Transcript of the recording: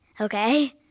okay